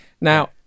Now